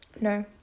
No